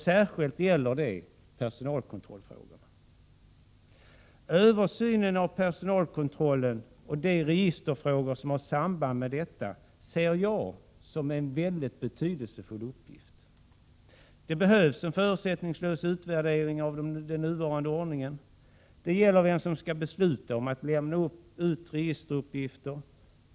Särskilt gäller det personalkontrollfrågorna. Översynen av personalkontrollen och de registerfrågor som har samband med detta ser jag som en mycket betydelsefull uppgift. Det behövs en förutsättningslös utvärdering av den nuvarande ordningen. Det gäller vem som skall besluta om att lämna ut registeruppgifter.